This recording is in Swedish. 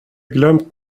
glömt